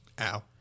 ow